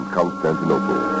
Constantinople